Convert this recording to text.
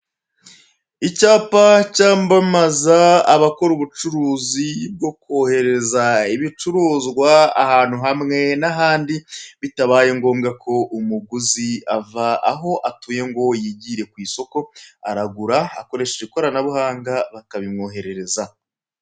Icyapa cyamamaza abakora ubucuruzi bwo kohereza ibicuruzwa ahantu hamwe n'ahandi bitabaye ngombwa ko umuguzi ava aho atuye ngo yigire ku isoko, aragura akoresheje ikoranabuhanga bakabimwoherereza.